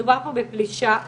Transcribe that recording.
מדובר פה בפלישה לפרטיות.